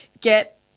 get